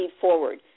forward